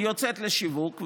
היא יוצאת לשיווק,